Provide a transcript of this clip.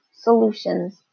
solutions